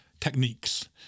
techniques